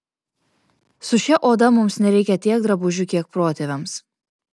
su šia oda mums nereikia tiek drabužių kiek protėviams